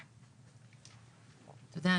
תודה.